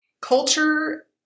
Culture